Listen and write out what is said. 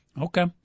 okay